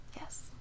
Yes